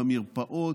במרפאות,